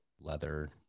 leather